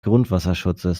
grundwasserschutzes